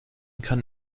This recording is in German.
kann